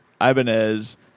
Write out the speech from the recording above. Ibanez